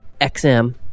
XM